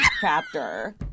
chapter